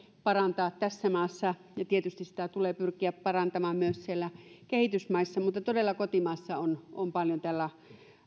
parantaa tässä maassa tietysti sitä tulee pyrkiä parantamaan myös kehitysmaissa mutta kotimaassa todella on paljon tällä